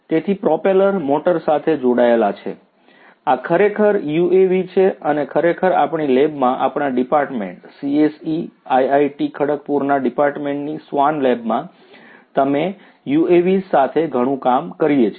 તેથી propeller motor સાથે જોડાયેલ છે આ ખરેખર યુએવી છે અમે ખરેખર આપણી લેબમાં આપણા ડિપાર્ટમેન્ટ CSE આઈઆઈટી ખડગપુરના ડિપાર્ટમેન્ટની સ્વાન લેબમાં અમે UAVs સાથે ઘણું કામ કરીએ છીએ